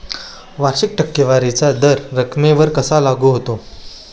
वार्षिक टक्केवारीचा दर रकमेवर कसा लागू होतो?